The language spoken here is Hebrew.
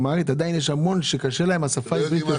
בקרב דוברי אמהרית יש עדיין המון שקשה להם עם השפה העברית.